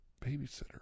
babysitter